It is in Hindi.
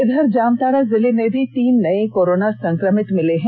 इधर जामताड़ा जिले में भी तीन नये कोरोना संक्रमित मरीज मिले है